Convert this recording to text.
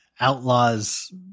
Outlaws